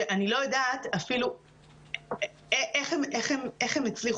שאני לא יודעת אפילו איך הן הצליחו